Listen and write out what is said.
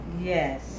Yes